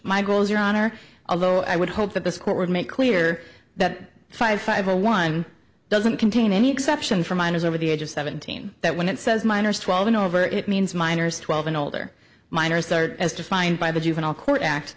my goals your honor although i would hope that this court would make clear that five five zero one doesn't contain any exception for minors over the age of seventeen that when it says minors twelve and over it means minors twelve and older minors are as defined by the juvenile court act